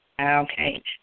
Okay